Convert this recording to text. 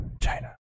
China